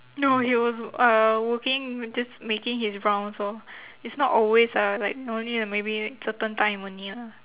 no he was uh working just making his rounds lor is not always ah like only maybe certain time only ah